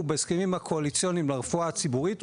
בהסכמים הקואליציוניים לרפואה הציבורית,